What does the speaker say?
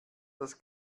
das